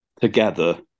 together